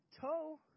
toe